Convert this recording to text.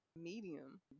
Medium